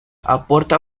aporta